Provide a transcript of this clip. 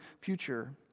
future